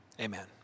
Amen